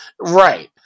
right